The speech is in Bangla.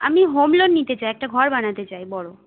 আমি হোম লোন নিতে চাই একটা ঘর বানাতে চাই বড়ো